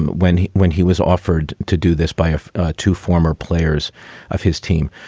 and when he when he was offered to do this by two former players of his team.